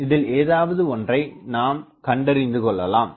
இதில் ஏதாவது ஒன்றை நாம் கண்டறிந்து கொள்ளலாம்